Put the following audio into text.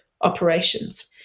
operations